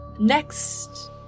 Next